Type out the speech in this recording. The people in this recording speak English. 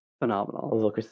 Phenomenal